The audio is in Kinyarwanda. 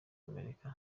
amerika